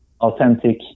authentic